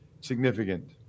significant